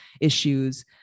issues